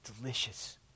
delicious